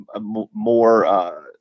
more